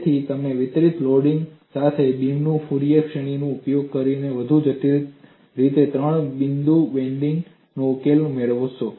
તેથી તમે વિતરિત લોડિંગ સાથે બીમ કરતાં ફુરિયર શ્રેણીનો ઉપયોગ કરીને વધુ જટિલ રીતે ત્રણ બિંદુ બેન્ડિંગ નો ઉકેલ મેળવશો